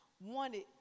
wanted